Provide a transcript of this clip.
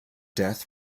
death